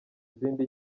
izindi